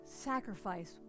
sacrifice